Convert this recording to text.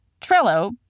Trello